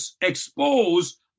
expose